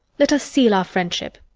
let us seal our friendship.